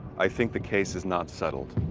i think the case is not settled.